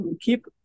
keep